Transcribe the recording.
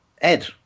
Ed